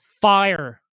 fire